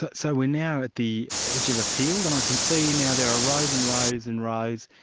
but so we're now at the edge of a field, and i can see now there are rows and rows and rows,